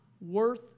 worth